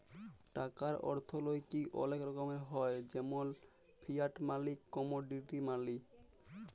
টাকার অথ্থলৈতিক অলেক রকমের হ্যয় যেমল ফিয়াট মালি, কমোডিটি মালি